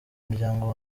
umuryango